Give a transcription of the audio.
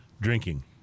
drinking